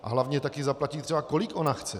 A hlavně taky zaplatí, kolik ona chce.